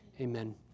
Amen